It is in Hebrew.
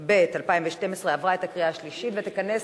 התשע"ב 2012, נתקבל.